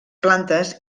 plantes